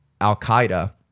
al-qaeda